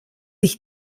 ich